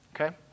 Okay